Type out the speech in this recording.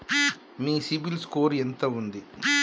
మీ CIBIL score ఎంత ఉంది?